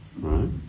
right